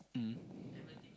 mm